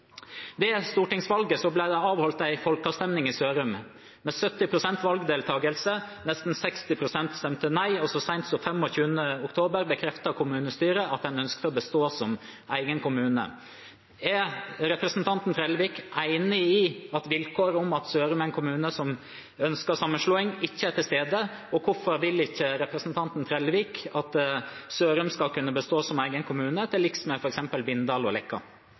Ved stortingsvalget ble det avholdt en folkeavstemming i Sørum, med 70 pst. valgdeltakelse. Nesten 60 pst. stemte nei, og så sent som 25. oktober bekreftet kommunestyret at man ønsket å bestå som egen kommune. Er representanten Trellevik enig i at vilkåret om at Sørum er en kommune som ønsker sammenslåing, ikke er til stede? Hvorfor vil ikke representanten Trellevik at Sørum skal kunne bestå som egen kommune, på samme måte som f.eks. Bindal og